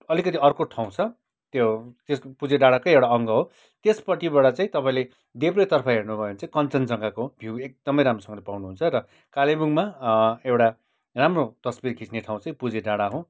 अलिकति अर्को ठाउँ छ त्यो त्यसको पुजे डाँडाकै एउटा अङ्ग हो त्यसपट्टिबाट चाहिँ तपाईँले देब्रेतर्फ हेर्नुभयो भने चाहिँ कञ्चनजङ्घाको भ्यु एकदमै राम्रो पाउनुहुन्छ र कालेबुङमा एउटा राम्रो तस्बिर खिच्ने ठाउँ चाहिँ पुजे डाँडा हो